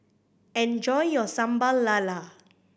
enjoy your Sambal Lala